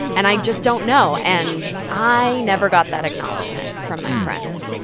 and i just don't know. and i never got that acknowledgement from my friends.